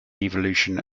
evolution